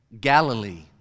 Galilee